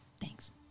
Thanks